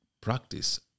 practice